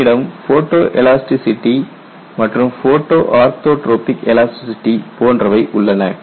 நம்மிடம் photo elasticity மற்றும் photo orthotropic elasticity போன்றவை உள்ளன